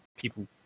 people